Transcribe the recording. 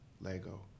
Lego